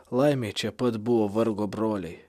laimei čia pat buvo vargo broliai